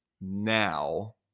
now